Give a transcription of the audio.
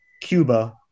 Cuba